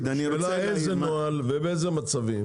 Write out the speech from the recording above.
השאלה איזה נוהל ובאילו מצבים